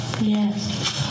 Yes